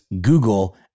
Google